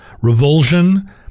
revulsion